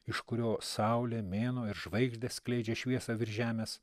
iš kurio saulė mėnuo ir žvaigždės skleidžia šviesą virš žemės